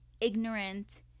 ignorant